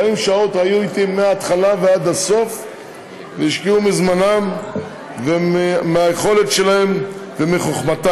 40 שעות היו אתי מהתחלה ועד הסוף והשקיעו מזמנם ומהיכולת שלהם ומחוכמתם.